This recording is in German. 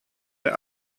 der